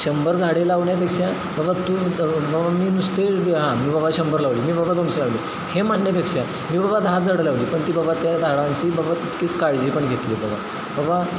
शंभर झाडे लावण्यापेक्षा बबा तू बबा मी नुसते हां मी बाबा शंभर लावली मी बाबा दोनशे लावली हे म्हणण्यापेक्षा मी बाबा दहा झाडं लावली पण ती बाबा त्या झाडांची बाबा तितकीच काळजी पण घेतली बाबा बबा